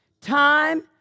Time